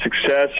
success